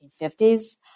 1950s